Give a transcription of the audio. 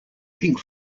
pink